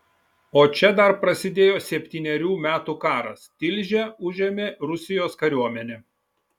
o čia dar prasidėjo septynerių metų karas tilžę užėmė rusijos kariuomenė